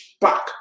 back